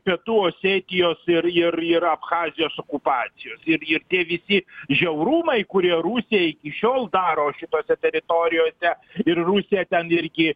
pietų osetijos ir ir ir abchazijos okupacijos ir ir tie visi žiaurumai kurie rusija iki šiol daro šitose teritorijose ir rusija ten irgi